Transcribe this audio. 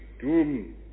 doom